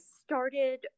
started